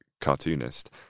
cartoonist